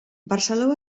barceló